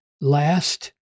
last